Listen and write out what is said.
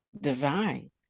divine